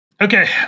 Okay